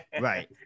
Right